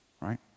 right